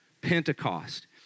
Pentecost